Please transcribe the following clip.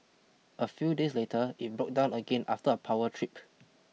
a few days later it broke down again after a power trip